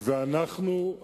ואנחנו,